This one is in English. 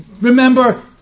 remember